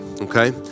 okay